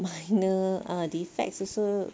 minor ah defects also